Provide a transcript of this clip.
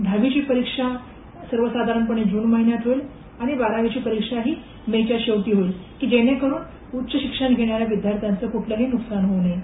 दहावीची परीक्षा सर्वसाधारणपणे जून महिन्यात होईल आणि बारावीची परीक्षा ही मे च्या शेवटी होईल की जेणेकरुन उच्च शिक्षण घेणाऱ्या विद्यार्थ्यांचं कूठलंही नुकसान होऊ नये